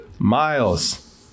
Miles